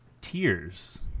Tears